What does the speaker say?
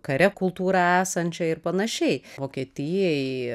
kare kultūrą esančią ir panašiai vokietijai